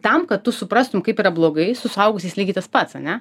tam kad tu suprastum kaip yra blogai su suaugusiais lygiai tas pats ane